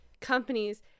companies